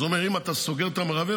הוא אומר: אם אתה סוגר את המרבב,